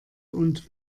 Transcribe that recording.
und